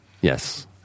yes